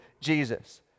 Jesus